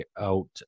out